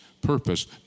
purpose